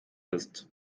ist